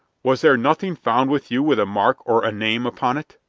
was there nothing found with you with a mark or a name upon it?